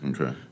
Okay